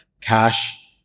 cash